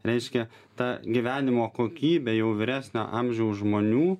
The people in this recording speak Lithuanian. reiškia ta gyvenimo kokybė jau vyresnio amžiaus žmonių